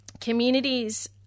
communities